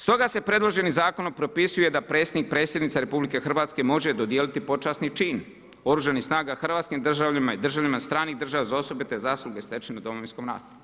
Stoga se predloženim zakonom propisuje da predstavnik predsjednice RH može dodijeliti počasni čin oružanih snaga hrvatskim državljana i državljanima stranih država za osobite zasluge stečene u Domovinskom ratu.